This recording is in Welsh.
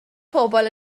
pobl